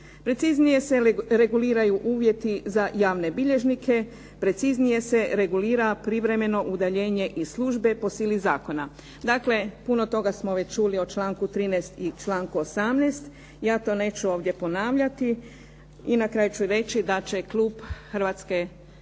Preciznije se reguliraju uvjeti za javne bilježnike, preciznije se regulira privremeno udaljenje iz službe po sili zakona. Dakle, puno toga smo već čuli o članku 13. i članku 18., ja to neću ovdje ponavljati. I na kraju ću reći da će Klub Hrvatske